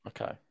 Okay